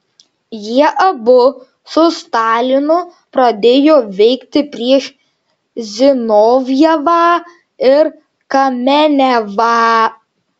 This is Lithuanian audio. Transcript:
jie abu su stalinu pradėjo veikti prieš zinovjevą ir kamenevą